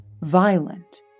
violent